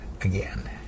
again